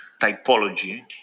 typology